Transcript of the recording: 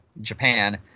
Japan